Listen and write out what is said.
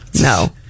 No